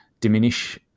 diminish